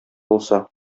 булса